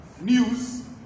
news